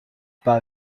pas